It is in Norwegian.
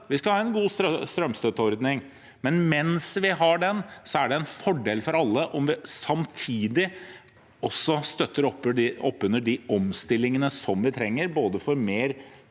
Vi skal ha en god strømstøtteordning, men mens vi har den, er det en fordel for alle om vi samtidig støtter opp under de omstillingene vi trenger, både for mer